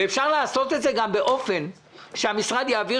ואפשר לעשות את זה גם באופן שהמשרד יעביר